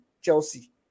Chelsea